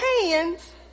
hands